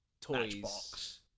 toys